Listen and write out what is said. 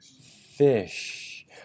Fish